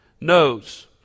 knows